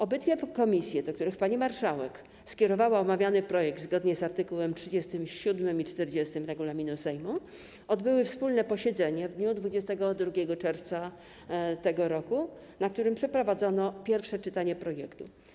Obydwie komisje, do których pani marszałek skierowała omawiany projekt zgodnie z art. 37 i 40 regulaminu Sejmu, odbyły wspólne posiedzenie w dniu 22 czerwca tego roku, na którym przeprowadzono pierwsze czytanie projektu.